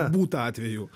būta atvejų